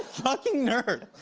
fucking nerd!